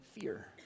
fear